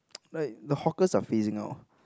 like the hawkers are phasing out